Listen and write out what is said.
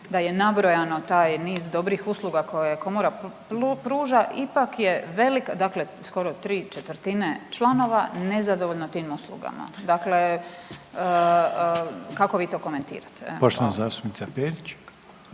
da je nabrojano taj niz dobrih usluga koje komora pruža ipak je velik, dakle skoro tri četvrtine članova nezadovoljno tim uslugama, dakle kako vi to komentirate. **Reiner,